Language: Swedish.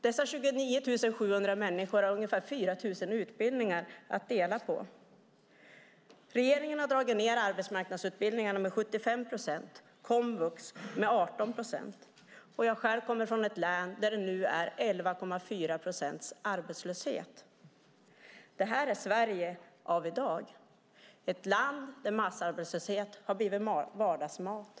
Dessa 29 700 människor har ungefär 4 000 utbildningar att dela på. Regeringen har dragit ned arbetsmarknadsutbildningarna med 75 procent och komvux med 18 procent. Jag kommer själv från ett län där det nu är 11,4 procents arbetslöshet. Detta är Sverige av i dag. Det är ett land där massarbetslöshet har blivit vardagsmat.